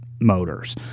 motors